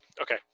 Okay